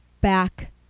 back